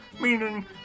Meaning